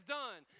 done